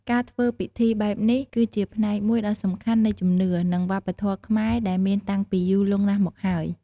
ការធ្វើពិធីបែបនេះ គឺជាផ្នែកមួយដ៏សំខាន់នៃជំនឿ និងវប្បធម៌ខ្មែរដែលមានតាំងពីយូរលង់ណាស់មកហើយ។